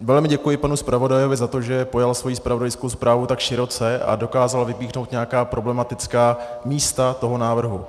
Velmi děkuji panu zpravodaji za to, že pojal svoji zpravodajskou zprávu tak široce a dokázal vypíchnout nějaká problematická místa návrhu.